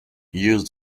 used